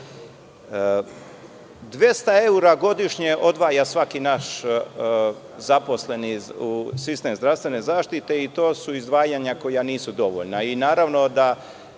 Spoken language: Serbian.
evra godišnje odvaja svaki naš zaposleni u sistem zdravstvene zaštite i to su izdvajanja koja nisu dovoljna